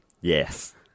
Yes